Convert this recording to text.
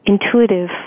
intuitive